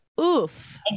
Oof